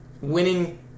winning